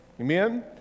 Amen